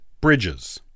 bridges